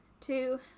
two